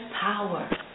power